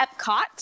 Epcot